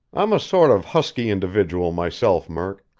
i'm a sort of husky individual myself, murk,